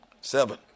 Seven